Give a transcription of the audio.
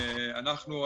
מהסיגריה,